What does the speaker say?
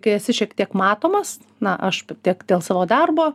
kai esi šiek tiek matomas na aš tiek dėl savo darbo